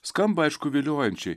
skamba aišku viliojančiai